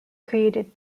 created